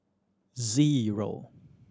zero